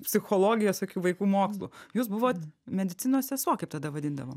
psichologijos jokių vaikų mokslų jūs buvot medicinos sesuo kaip tada vadindavom